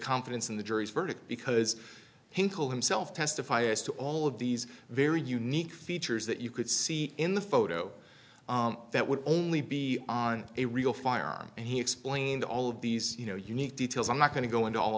confidence in the jury's verdict because him kill himself testify as to all of these very unique features that you could see in the photo that would only be on a real firearm and he explained all of these you know unique details i'm not going to go into all